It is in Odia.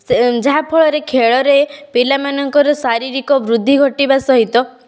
ଯାହା ଫଳରେ ଖେଳରେ ପିଲାମାନଙ୍କର ଶାରିରୀକ ବୃଦ୍ଧି ଘଟିବା ସହିତ